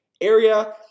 area